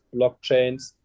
blockchains